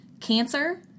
cancer